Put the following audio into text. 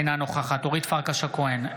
אינה נוכחת אורית פרקש הכהן,